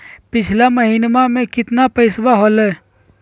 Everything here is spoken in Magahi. पिछला महीना मे कतना पैसवा हलय?